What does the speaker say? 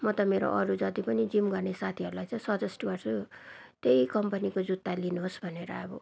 म त मेरो अरू जति पनि जिम गर्ने साथीहरूलाई चाहिँ सजेस्ट गर्छु त्यही कम्पनीको जुत्ता लिनु होस् भनेर अब